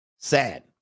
Sad